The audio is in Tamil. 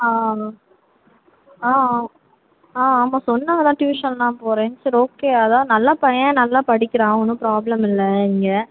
ஆ ஆ ஆமாம் சொன்னாங்கதான் டியூஷன்லாம் போறேன்னு சரி ஓகே அதான் நல்ல பையன் நல்லா படிக்கிறான் ஒன்றும் ப்ராப்ளம் இல்லை இங்கே